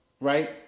Right